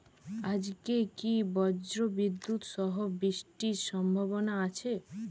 আজকে কি ব্রর্জবিদুৎ সহ বৃষ্টির সম্ভাবনা আছে?